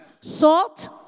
Salt